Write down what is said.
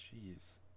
Jeez